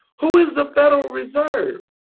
who is the federal reserve?